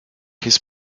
his